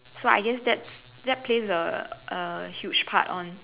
so I guess that's that plays a A huge part on